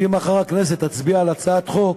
שמחר הכנסת תצביע על הצעת חוק